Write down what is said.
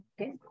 Okay